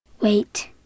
Wait